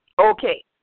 Okay